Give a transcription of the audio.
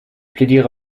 plädiere